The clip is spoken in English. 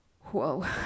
whoa